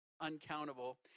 uncountable